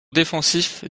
défensif